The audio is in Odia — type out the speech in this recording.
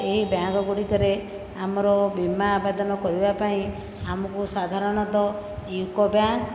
ଏହି ବ୍ୟାଙ୍କ ଗୁଡ଼ିକରେ ଆମର ବୀମା ଆବେଦନ କରିବା ପାଇଁ ଆମକୁ ସାଧାରଣତଃ ୟୁକୋ ବ୍ୟାଙ୍କ